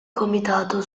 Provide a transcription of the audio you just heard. comitato